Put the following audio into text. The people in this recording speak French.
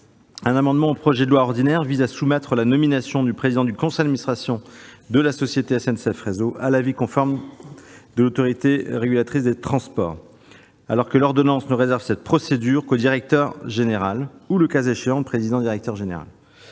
un amendement au projet de loi ordinaire vise à soumettre la nomination du président du conseil d'administration de la société SNCF Réseau à l'avis conforme de l'ART, alors que l'ordonnance ne réserve cette procédure qu'au directeur général ou, le cas échéant, au président-directeur général.